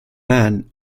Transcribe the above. man